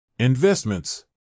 Investments